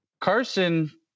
Carson